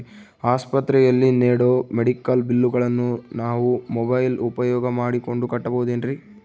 ಆಸ್ಪತ್ರೆಯಲ್ಲಿ ನೇಡೋ ಮೆಡಿಕಲ್ ಬಿಲ್ಲುಗಳನ್ನು ನಾವು ಮೋಬ್ಯೆಲ್ ಉಪಯೋಗ ಮಾಡಿಕೊಂಡು ಕಟ್ಟಬಹುದೇನ್ರಿ?